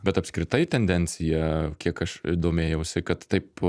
bet apskritai tendencija kiek aš domėjausi kad taip